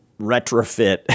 retrofit